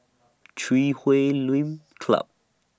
Chui Huay Lim Club